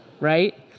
right